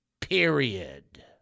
period